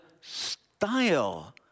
style